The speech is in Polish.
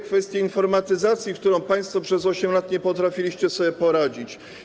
Kwestia informatyzacji, z którą państwo przez 8 lat nie potrafiliście sobie poradzić.